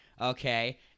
okay